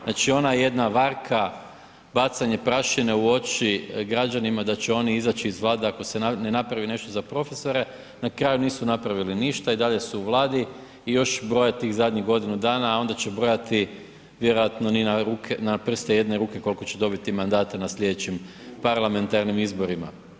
Znači ona jedna varka, bacanje prašine u oči građanima da će oni izaći iz Vlade ako se ne napravi za profesore, na kraju nisu napravili ništa i dalje su u Vladi i još broje tih zadnjih godinu dana, a onda će brojati vjerojatno ni na prste jedne ruke koliko će dobiti mandata na slijedećim parlamentarnim izborima.